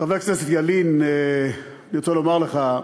חבר הכנסת ילין, אני רוצה לומר לך: